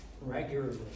regularly